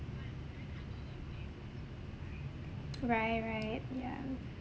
right right yeah